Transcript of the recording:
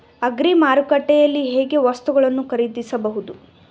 Agri ಮಾರುಕಟ್ಟೆಯಲ್ಲಿ ಹೇಗೆ ವಸ್ತುಗಳನ್ನು ಖರೀದಿಸಬಹುದು?